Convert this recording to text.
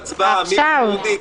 אני פותח